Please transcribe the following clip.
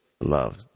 love